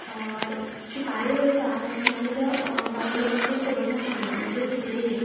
शिकारेक वता तेन्ना ताज्या बायलेक ते खबर नाशिल्लें म्हणजे सतीदेवीक